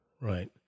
Right